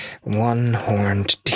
One-horned